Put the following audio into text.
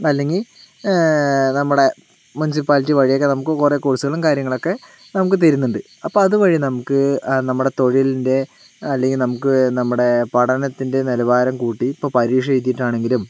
അല്ലെങ്കിൽ നമ്മടെ മുൻസിപ്പാലിറ്റി വഴിയൊക്കെ നമുക്ക് കുറേ കോഴ്സുകളും കാര്യങ്ങളൊക്കെ നമുക്ക് തരുന്നുണ്ട് അപ്പോൾ അതുവഴി നമുക്ക് നമ്മുടെ തൊഴിലിൻ്റെ അല്ലെങ്കിൽ നമുക്ക് നമ്മുടെ പഠനത്തിൻ്റെ നിലവാരം കൂട്ടി ഇപ്പോൾ പരീക്ഷ എഴുതിയിട്ട് ആണെങ്കിലും